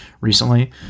recently